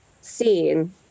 seen